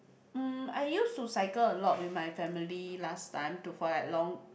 um I used to cycle a lot with my family last time to for like long